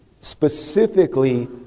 specifically